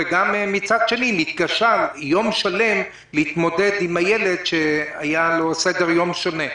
וגם מצד שני היא מתקשה יום שלם להתמודד עם הילד שהיה לו סדר יום שונה.